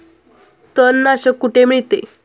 तणनाशक कुठे मिळते?